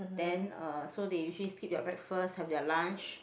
then uh so they usually skip their breakfast have their lunch